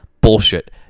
bullshit